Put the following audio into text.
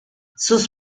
sus